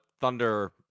thunder